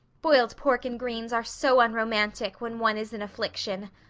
boiled pork and greens are so unromantic when one is in affliction.